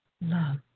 love